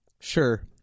Sure